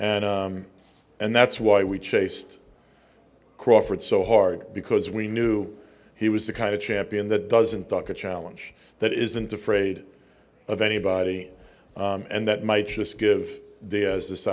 and and that's why we chased crawford so hard because we knew he was the kind of champion that doesn't duck a challenge that isn't afraid of anybody and that might just give the as this